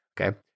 Okay